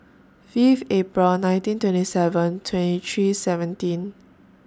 Fifth April nineteen twenty seven twenty three seventeen